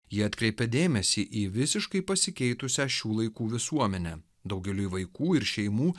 ji atkreipia dėmesį į visiškai pasikeitusią šių laikų visuomenę daugeliui vaikų ir šeimų